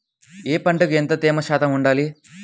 ఏ పంటకు ఎంత తేమ శాతం ఉండాలి?